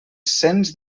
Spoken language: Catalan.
cents